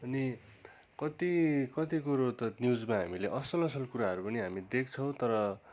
अनि कति कति कुरो त न्युजमा हामीले असल असल कुराहरू पनि हामी देख्छौँ तर